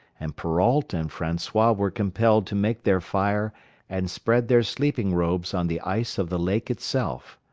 and perrault and francois were compelled to make their fire and spread their sleeping robes on the ice of the lake itself.